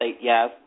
Yes